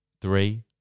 Three